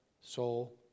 soul